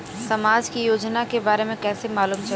समाज के योजना के बारे में कैसे मालूम चली?